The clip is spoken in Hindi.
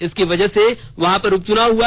इसकी वजह से वहां पर उपच्नाव हआ